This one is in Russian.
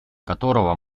которого